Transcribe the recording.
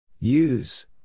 Use